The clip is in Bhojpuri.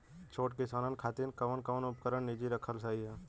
छोट किसानन खातिन कवन कवन उपकरण निजी रखल सही ह?